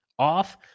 Off